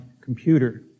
computer